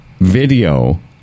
video